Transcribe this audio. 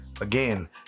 Again